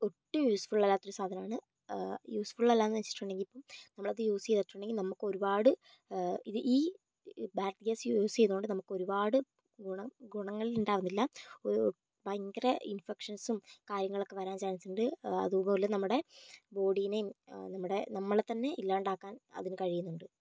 ഒട്ടും യൂസ്ഫുൾ അല്ലാത്ത ഒരു സാധനാണ് യൂസ്ഫുൾ അല്ലാന്ന് വച്ചിട്ടുണ്ടെങ്കി നമ്മളത് യൂസ് ചെയ്തിട്ടുണ്ടെങ്കി നമുക്കൊരുപാട് ഇത് ഈ ഭാരത് ഗ്യാസ് യൂസ് ചെയ്തു കൊണ്ട് നമുക്ക് ഒരുപാട് ഗുണ ഗുണങ്ങൾ ഉണ്ടാവുന്നില്ല ഒ ഭയങ്കര ഇൻഫെക്ഷൻസും കാര്യങ്ങളൊക്കെ വരാൻ ചാൻസുണ്ട് അതുപോലെ നമ്മുടെ ബോഡിനേയും നമ്മുടെ നമ്മളെ തന്നെ ഇല്ലാണ്ടാക്കാൻ അതിന് കഴിയുന്നുണ്ട്